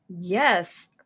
Yes